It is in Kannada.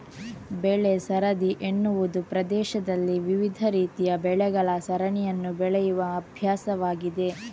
ಬೆಳೆ ಸರದಿ ಎನ್ನುವುದು ಪ್ರದೇಶದಲ್ಲಿ ವಿವಿಧ ರೀತಿಯ ಬೆಳೆಗಳ ಸರಣಿಯನ್ನು ಬೆಳೆಯುವ ಅಭ್ಯಾಸವಾಗಿದೆ